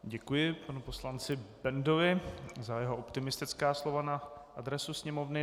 Děkuji panu poslanci Bendovi za jeho optimistická slova na adresu Sněmovny.